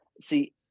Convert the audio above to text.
See